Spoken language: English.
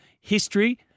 history